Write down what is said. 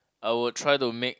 I would try to make